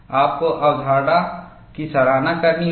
आपको अवधारणा की सराहना करनी होगी